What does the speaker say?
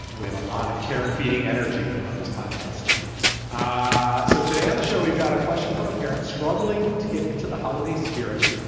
we have a lot of care and feeding energy on this podcast and ah so today on the show, we've got a question for parents struggling to get into the holiday spirit.